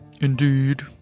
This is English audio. Indeed